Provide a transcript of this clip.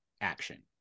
action